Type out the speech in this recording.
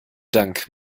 dank